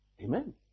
Amen